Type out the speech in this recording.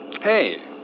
Hey